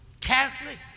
Catholic